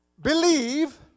believe